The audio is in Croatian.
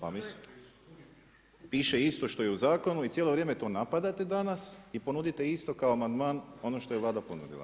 A nisi vidio? … [[Upadica sa strane, ne čuje se.]] Piše isto što i u zakonu i cijelo vrijeme to napadate danas i ponudite isto kao amandman ono što je Vlada ponudila.